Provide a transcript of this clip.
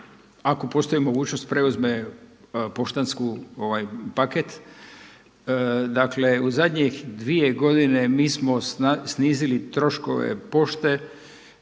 ako postoji mogućnost preuzme poštanski paket. Dakle u zadnjih dvije godine mi smo snizili troškove pošte